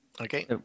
Okay